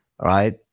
right